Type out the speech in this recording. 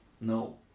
No